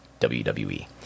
WWE